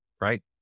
right